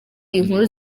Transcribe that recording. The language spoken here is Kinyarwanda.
inkuru